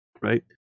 right